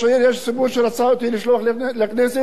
ואני נכנסתי בקדנציה הזו ללא מפקד.